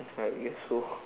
I'm here so